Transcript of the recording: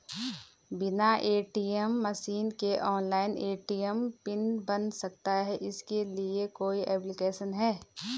बिना ATM machine के online ATM pin बन सकता है इसके लिए कोई ऐप्लिकेशन है?